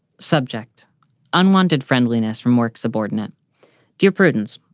subject unwanted friendliness from work subordinate dear prudence.